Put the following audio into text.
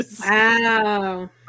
Wow